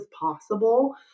possible